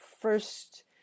first